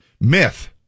Myth